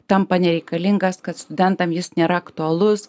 tampa nereikalingas kad studentam jis nėra aktualus